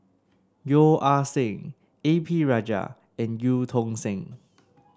Yeo Ah Seng A P Rajah and Eu Tong Sen